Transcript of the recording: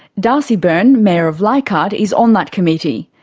darcy byrne, mayor of leichhardt, is on that committee.